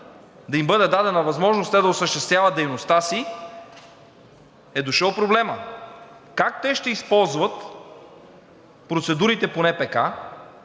да им бъде дадена възможност те да осъществяват дейността си, е дошъл проблемът. Как те ще използват процедурите по НПК,